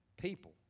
people